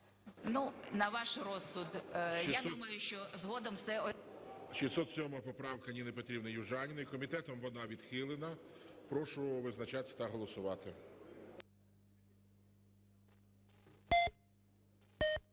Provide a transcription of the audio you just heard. ну, на ваш розсуд. Я думаю, що згодом все... ГОЛОВУЮЧИЙ. 607 поправка Ніни Петрівни Южаніної. Комітетом вона відхилена. Прошу визначатися та голосувати.